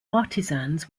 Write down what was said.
artisans